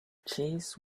cheese